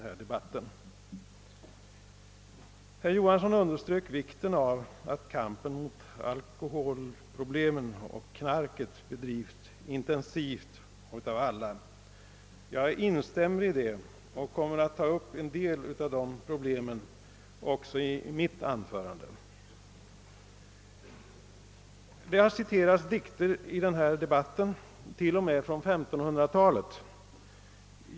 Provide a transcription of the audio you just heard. Herr Johansson underströk vikten av att kampen mot alkoholoch knarkproblemen bedrivs intensivt av alla. Jag instämmer i det och kommer att ta upp en del av dessa problem i mitt anförande. I denna debatt har det citerats dikter, t.o.m. från 1500-talet.